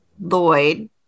Lloyd